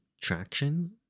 traction